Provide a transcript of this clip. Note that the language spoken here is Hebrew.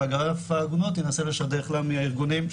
ואגף העגונות ינסה לשדך לה מהארגונים,